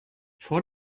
vor